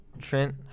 Trent